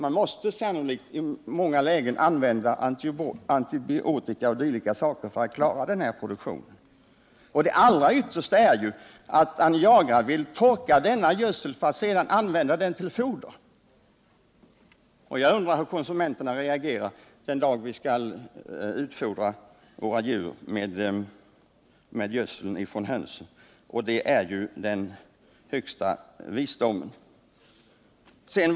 Man måste sannolikt i många lägen använda antibiotika och dylika saker för att kunna klara produktionen i denna skala. Det allra yttersta exemplet är att Aniagra vill torka gödseln för att sedan kunna använda den till foder. Jag undrar just hur konsumenterna reagerar den dag då vi skall utfodra våra djur med gödseln från hönsen — det tycks ju vara den högsta visdomen.